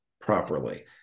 properly